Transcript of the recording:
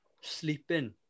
sleeping